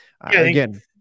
again